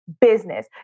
business